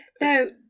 No